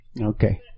Okay